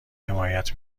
حمایت